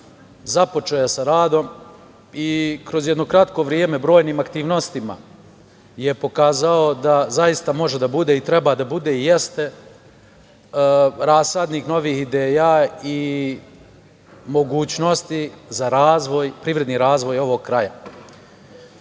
započeo je sa radom i kroz jedno kratko vreme, brojnim aktivnostima, je pokazao da zaista može da bude i treba da bude i jeste rasadnik novih ideja i mogućnosti za privredni razvoj ovog kraja. Ono